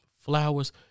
Flowers